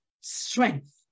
strength